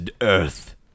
earth